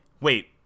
Wait